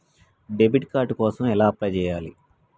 Debit card కోసం ఎలా apply చేయాలి?